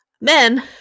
men